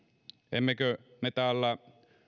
emmekö me täällä